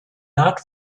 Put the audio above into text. not